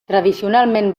tradicionalment